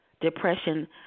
depression